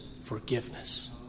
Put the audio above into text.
forgiveness